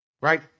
right